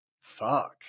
fuck